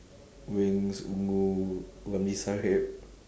wings